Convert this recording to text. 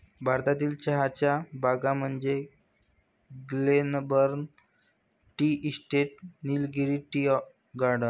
भारतातील चहाच्या बागा म्हणजे Glenburn tea estate, Nilgiri tea garden